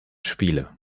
spiele